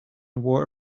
wore